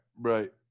right